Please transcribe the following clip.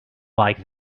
like